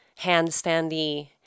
handstandy